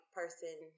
person